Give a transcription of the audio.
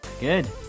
good